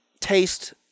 taste